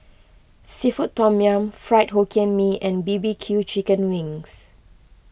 Seafood Tom Yum Fried Hokkien Mee and B B Q Chicken Wings